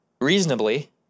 reasonably